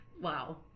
Wow